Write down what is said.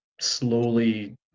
slowly